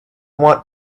want